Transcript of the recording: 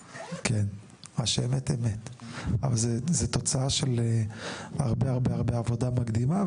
אבל זו תוצאה של הרבה-הרבה עבודה מקדימה,